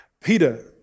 Peter